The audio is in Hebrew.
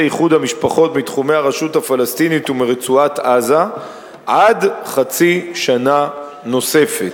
איחוד המשפחות מתחומי הרשות הפלסטינית ומרצועת-עזה עד חצי שנה נוספת.